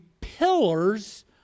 pillars